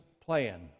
plan